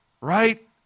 right